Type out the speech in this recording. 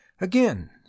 Again